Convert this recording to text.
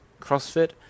CrossFit